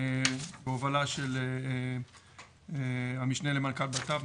בהובלה של המשנה למנכ"ל בט"פ,